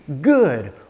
Good